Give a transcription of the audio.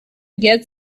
get